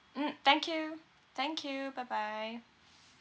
mm thank you thank you bye bye